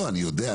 אני יודע,